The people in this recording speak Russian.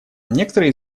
некоторые